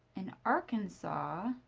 in arkansas,